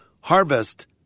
harvest